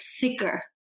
thicker